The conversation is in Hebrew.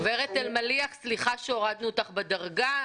גברת אלמליח, סליחה שהורדנו אותך בדרגה.